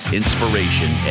inspiration